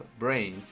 brains